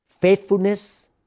faithfulness